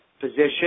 position